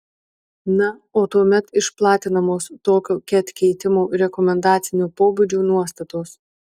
na o tuomet išplatinamos tokio ket keitimo rekomendacinio pobūdžio nuostatos